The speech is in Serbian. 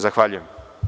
Zahvaljujem.